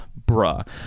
Bruh